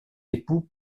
époux